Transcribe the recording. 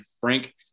frank